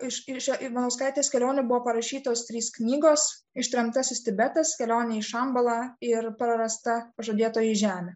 iš iš ivanauskaitės kelionių buvo parašytos trys knygos ištremtasis tibetas kelionė į šambalą ir prarasta pažadėtoji žemė